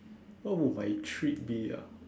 what would my treat be ah